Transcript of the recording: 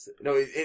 No